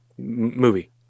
Movie